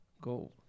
Go